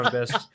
best